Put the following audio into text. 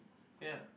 ya